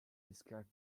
describe